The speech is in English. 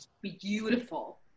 beautiful